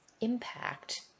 impact